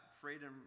freedom